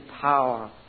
power